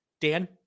Dan